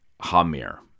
Hamir